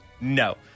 No